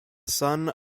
son